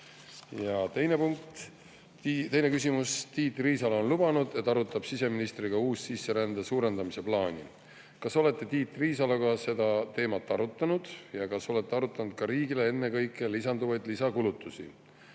planeerida. Teine küsimus: "Tiit Riisalo on lubanud, et arutab siseministriga uussisserände suurendamise plaani. Kas olete Tiit Riisaloga seda teemat arutanud ja kas olete arutanud ka riigile ennekõike lisanduvaid lisakulutusi?"